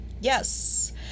yes